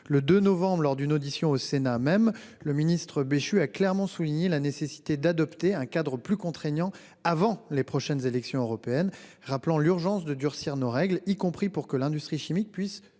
Le 2 novembre, lors d'une audition au Sénat, mon collègue a clairement souligné la nécessité d'adopter un cadre plus contraignant avant les prochaines élections européennes, rappelant l'urgence de durcir nos règles, y compris pour que l'industrie chimique puisse